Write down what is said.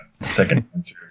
Second